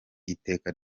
iteka